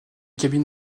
cabines